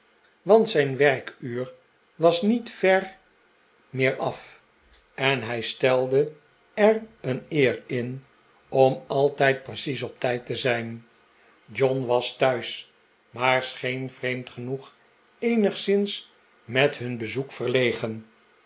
want zijn werkuur was niet ver meer af en hij stelde er een eer in om altijd precies op tijd te zijn john was thuis maar scheen vreemd genoeg eenigszins met nun bezoek